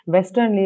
Western